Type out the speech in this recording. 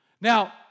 Now